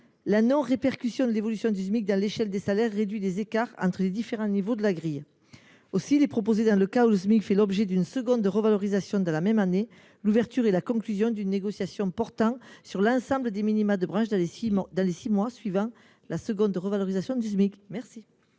La non répercussion de l’évolution du Smic dans l’échelle des salaires réduit les écarts entre les différents niveaux de la grille. Aussi, il est proposé, lorsque le Smic fait l’objet d’une seconde revalorisation au cours d’une même année, l’ouverture et la conclusion d’une négociation portant sur l’ensemble des minima de branche dans les six mois suivant cette seconde revalorisation. Quel est